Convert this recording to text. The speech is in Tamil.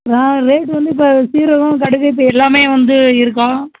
ஆ ரேட் வந்து இப்போ சீரகம் கடுகு இப்போ எல்லாமே வந்து இருக்கா